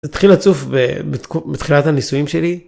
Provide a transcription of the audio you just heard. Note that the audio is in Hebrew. התחיל לצוף בתחילת הניסויים שלי.